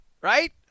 Right